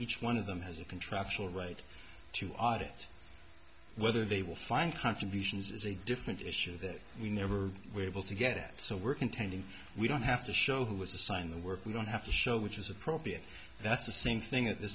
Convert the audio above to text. each one of them has a contractual right to audit whether they will find contributions is a different issue that we never were able to get so we're contending we don't have to show who was assigned the work we don't have to show which is appropriate that's the same thing that th